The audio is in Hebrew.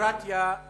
דמוקרטיה היא